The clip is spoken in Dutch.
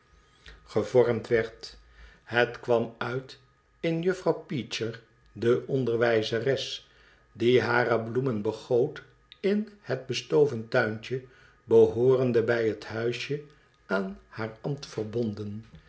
werd het kwam uit in juffrouw peecher de onderwijzeres die hare bloemen begoot in het bestoven tuintje behoorende bij het huisje aan haar ambt verbonden